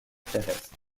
pérez